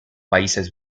países